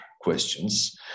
questions